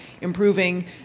improving